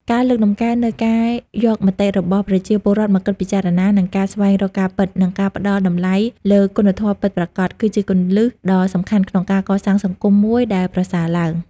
ការលើកកម្ពស់នូវការយកមតិរបស់ប្រជាពលរដ្ឋមកគិតពីចារណា និងការស្វែងរកការពិត និងការផ្ដល់តម្លៃលើគុណធម៌ពិតប្រាកដ គឺជាគន្លឹះដ៏សំខាន់ក្នុងការកសាងសង្គមមួយដែលប្រសើរឡើង។